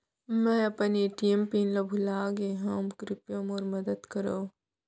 मै अपन ATM PIN ला भूलागे हव, कृपया मोर मदद करव